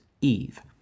Eve